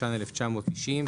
התש"ן 1990,